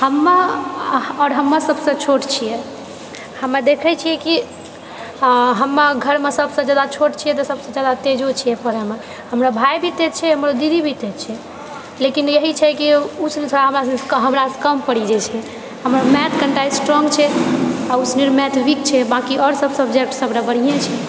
हमे आओर हमे सबसँ छोट छिऐ हमे देखैत छिऐ कि हमे घरमे सबसँ जादा छोट छिऐ तऽ सबसँ जादा तेजो छिऐ पढ़एमे हमरा भाइ भी तेज छै हमर दीदी भी तेज छै लेकिन इएह छै कि ओ जे छै से हमरासँ कम पड़ी जाइत छै हमर मैथ कनीटा स्ट्रोंग छै आ ओ सुनी कऽ मैथ वीक छै बांँकि आओर सब सब्जेक्ट सबटा बढ़िए छै